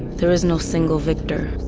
there is no single victor.